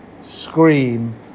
scream